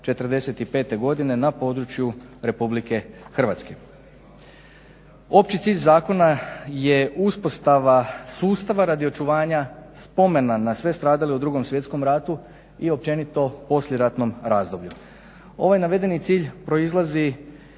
'45.godine na području RH. Opći cilj zakona je uspostava sustava radi očuvanja spomena na sve stradale u 2.svjetskom ratu i općenito poslijeratnom razdoblju. Ovaj navedeni cilj proizlazi